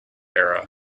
era